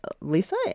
Lisa